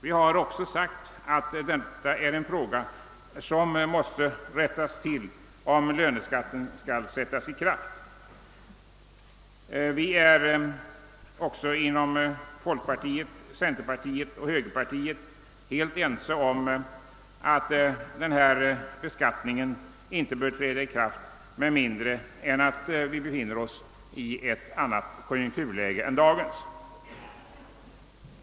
Vi har också sagt att detta är något som måste rättas till, om löneskatten skall sättas i kraft. Vi är också inom folkpartiet, centerpartiet och högerpartiet helt ense om att denna beskattning inte bör träda i kraft med mindre än att vi befinner oss i ett annat konjunkturläge än dagens.